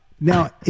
Now